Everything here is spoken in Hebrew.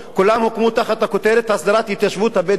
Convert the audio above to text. כולן הוקמו תחת הכותרת "הסדרת התיישבות הבדואים",